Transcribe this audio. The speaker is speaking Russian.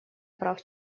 прав